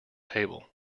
table